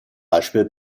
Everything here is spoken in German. beispiel